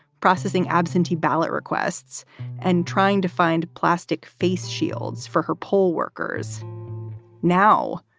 processing absentee ballot requests and trying to find plastic face shields for her poll workers now,